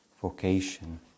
vocation